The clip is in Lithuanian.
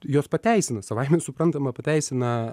jos pateisina savaime suprantama pateisina